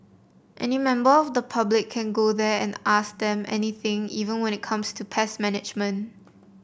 any member of the public can go there and ask them anything even when it comes to pest management